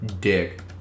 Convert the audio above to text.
dick